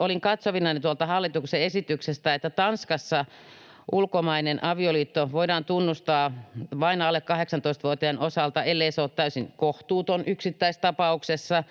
Olin katsovinani tuolta hallituksen esityksestä, että Tanskassa ulkomainen avioliitto voidaan tunnustaa alle 18-vuotiaiden osalta vain, ellei se ole täysin kohtuuton, yksittäistapauksessa,